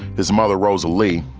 his mother, rosa lee,